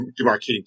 demarcating